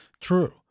True